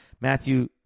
Matthew